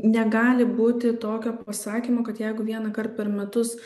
negali būti tokio pasakymo kad jeigu vienąkart per metus